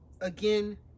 again